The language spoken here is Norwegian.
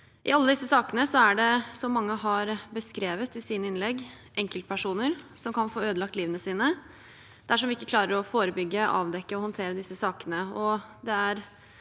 I alle disse sakene er det, som mange har beskrevet i sine innlegg, enkeltpersoner som kan få ødelagt livet sitt dersom vi ikke klarer å forebygge, avdekke og håndtere disse sakene.